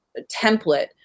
template